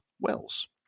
Wells